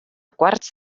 quarts